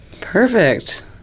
Perfect